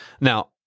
Now